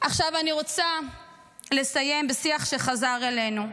עכשיו אני רוצה לסיים בשיח שחזר אלינו,